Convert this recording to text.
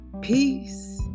Peace